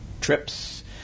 trips